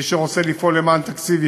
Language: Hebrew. מי שרוצה לפעול למען תקציב,